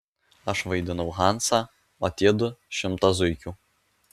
aš vaidinau hansą o tie du šimtą zuikių